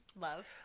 Love